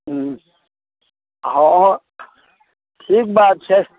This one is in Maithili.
हूँ हँ ठीक बात छै